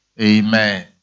Amen